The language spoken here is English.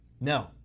No